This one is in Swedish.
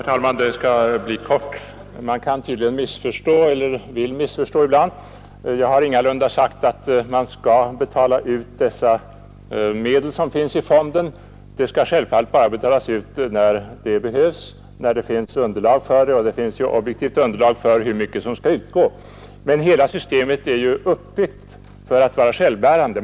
Herr talman! Jag skall fatta mig kort. Man kan missförstå eller vill missförstå ibland. Jag har ingalunda sagt att man utan vidare skall betala ut de medel som finns i fonden. De skall självfallet betalas ut bara när de behövs och när det finns ett objektivt underlag för hur mycket som skall utgå. Hela systemet är ju uppbyggt för att vara självbärande.